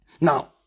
Now